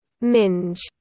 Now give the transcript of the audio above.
Minge